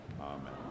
Amen